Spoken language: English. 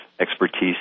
expertise